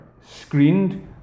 screened